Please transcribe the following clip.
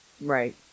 Right